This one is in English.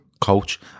coach